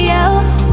else